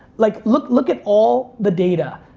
like look look at all the data,